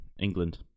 England